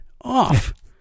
off